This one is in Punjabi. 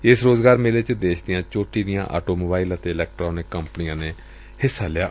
ਏਸ ਰੋਜ਼ਗਾਰ ਮੇਲੇ ਚ ਦੇਸ਼ ਦੀਆਂ ਚੋਟੀ ਦੀਆਂ ਆਟੋ ਮੋਬਾਈਲ ਅਤੇ ਇਲੈਕਟਰਾਨਿਕ ਕੰਪਨੀਆਂ ਨੇ ਹਿੱਸਾ ਲਿਆ